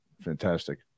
fantastic